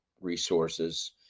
resources